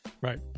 Right